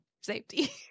safety